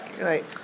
right